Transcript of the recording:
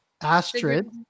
Astrid